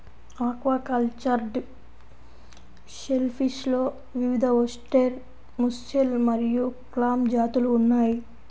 aquacultured షెల్ఫిష్లో వివిధఓస్టెర్, mussel మరియు క్లామ్ జాతులు ఉన్నాయి